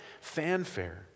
fanfare